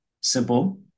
simple